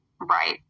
Right